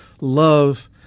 love